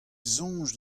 soñj